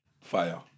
fire